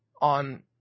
on